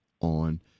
on